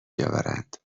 بیاورند